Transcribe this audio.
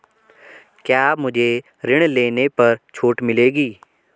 क्या मुझे ऋण लेने पर छूट मिलेगी?